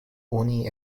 oni